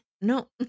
No